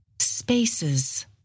spaces